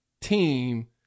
team